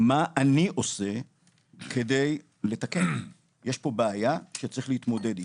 מה אני עושה כדי לתקן - יש פה בעיה שצריך להתמודד איתה.